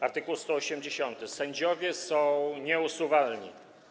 Art. 180: Sędziowie są nieusuwalni.